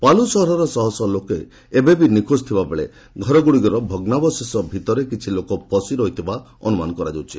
ପାଲୁ ସହରର ଶହଶହ ଲୋକ ଏବେ ବି ନିଖୋଜ ଥିବା ବେଳେ ଘରଗୁଡ଼ିକର ଭଗ୍ନାଂବଶେଷ ଭିତରେ କିଛିଲୋକ ଫସିରହିଥିବା ଅନୁମାନ କରାଯାଉଛି